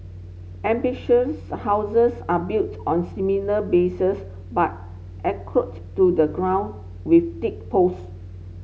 amphibious houses are built on similar bases but anchored to the ground with thick post